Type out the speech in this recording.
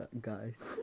guys